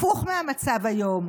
הפוך מהמצב היום.